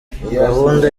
gahunda